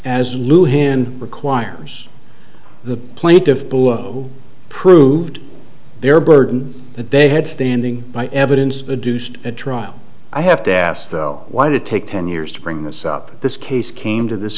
as knew him requires the plaintiffs below proved their burden that they had standing by evidence produced at trial i have to ask why did take ten years to bring this up this case came to this